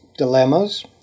Dilemmas